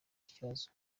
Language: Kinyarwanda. kibazo